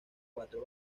cuatro